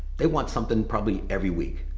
they want something probably every week,